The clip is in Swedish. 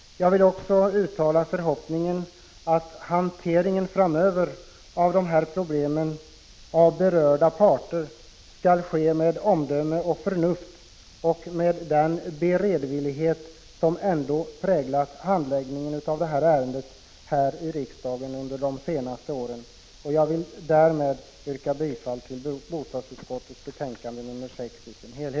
Jag vill också uttala förhoppningen att hanteringen framöver av dessa problem, av berörda parter skall ske med omdöme, förnuft och med den beredvillighet som ändå präglat handläggningen av detta ärende här i riksdagen under de senaste åren. Därmed yrkar jag bifall till hemställan i bostadsutskottets betänkande.